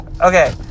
Okay